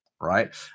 right